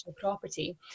property